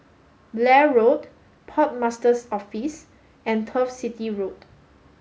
Blair Road Port Master's Office and Turf City Road